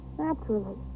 naturally